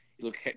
look